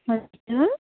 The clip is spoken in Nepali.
हजुर